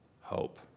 hope